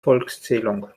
volkszählung